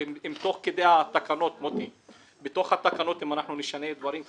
אם תוך כדי התקנות אנחנו נשנה דברים,